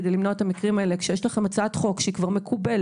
כדי למנוע את המקרים האלה כשיש לכם הצעת חוק שהיא כבר מקובלת